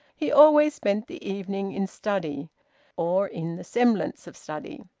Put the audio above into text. he always spent the evening in study or in the semblance of study.